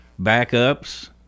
backups